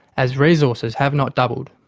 as resources have not doubled.